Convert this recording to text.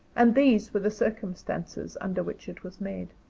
and these were the circumstances under which it was made.